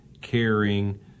caring